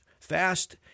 fast